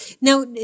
Now